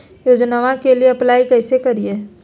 योजनामा के लिए अप्लाई कैसे करिए?